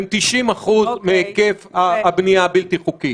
90% מהיקף הבנייה הבלתי חוקית.